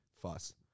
fuss